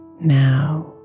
now